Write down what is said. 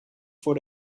voor